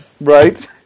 Right